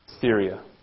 Syria